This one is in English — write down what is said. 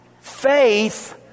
Faith